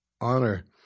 honor